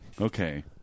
Okay